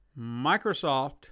microsoft